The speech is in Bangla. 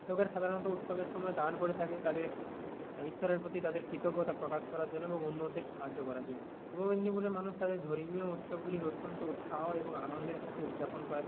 লোকেরা সাধারণত উৎসবের সময় দান করে থাকে তাদের ঈশ্বরের প্রতি তাদের কৃতজ্ঞতা প্রকাশ করার জন্য এবং অন্যদের সাহায্য করার জন্য পূর্ব মেদিনীপুরের মানুষ তাদের ধর্মীয় উৎসবগুলির অত্যন্ত উৎসাহ এবং আনন্দের সাথে উদযাপন করে